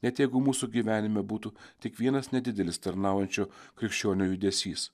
net jeigu mūsų gyvenime būtų tik vienas nedidelis tarnaujančio krikščionio judesys